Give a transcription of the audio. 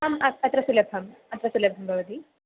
आम् अत्र सुलभम् अत्र सुलभं भवति